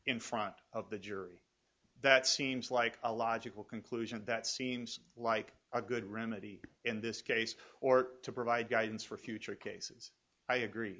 in front of the jury that seems like a logical conclusion that seems like a good remedy in this case or to provide guidance for future cases i agree